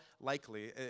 likely